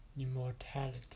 immortality